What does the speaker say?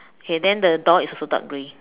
okay then the door is also dark grey